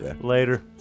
Later